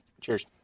cheers